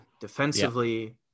defensively